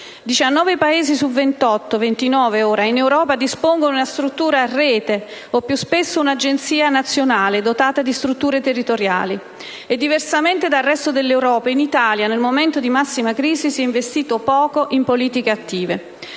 19 Paesi su 28 (29 ora) in Europa dispongono di una struttura a rete o, più spesso, di un'agenzia nazionale dotata di strutture territoriali e, diversamente dal resto dell'Europa, in Italia, nel momento di massima crisi, si è investito poco in politiche attive.